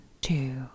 two